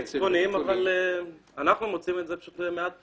פונים אבל אנחנו מוצאים שאלה מעט פונים.